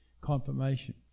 confirmation